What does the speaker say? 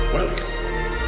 Welcome